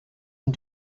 and